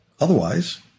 Otherwise